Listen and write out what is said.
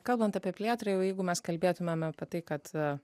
kalbant apie plėtrą jau jeigu mes kalbėtumėme apie tai kad